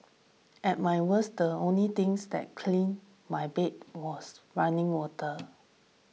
at my worst the only things that clean my bed was running water